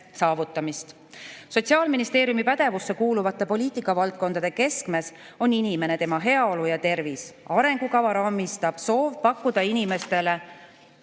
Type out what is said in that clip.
saavutamist. Sotsiaalministeeriumi pädevusse kuuluvate poliitikavaldkondade keskmes on inimene, tema heaolu ja tervis. Arengukava raamistab soov pakkuda inimestele